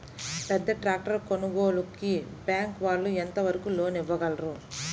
పెద్ద ట్రాక్టర్ కొనుగోలుకి బ్యాంకు వాళ్ళు ఎంత వరకు లోన్ ఇవ్వగలరు?